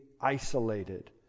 isolated